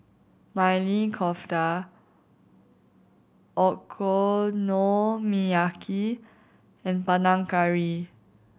Maili Kofta Okonomiyaki and Panang Curry